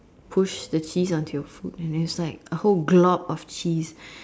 push the cheese onto your food and it's like a whole glob of cheese